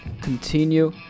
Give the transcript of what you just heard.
Continue